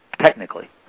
technically